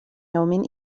يوم